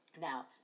Now